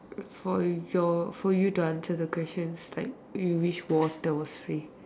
for your for you to answer the question is like you wish water was free